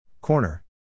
Corner